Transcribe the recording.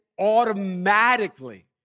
automatically